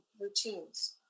routines